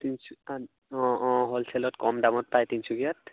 তিনিচুকীয়াত অঁ অঁ হ'ল চেলত কম দামত পায় তিনিচুকীয়াত